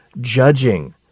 judging